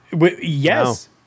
Yes